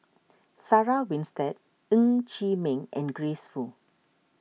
Sarah Winstedt Ng Chee Meng and Grace Fu